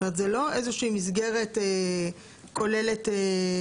זאת אומרת, זה לא איזה שהיא מסגרת כוללת חודשית.